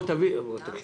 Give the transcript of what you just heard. אם